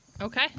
Okay